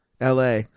la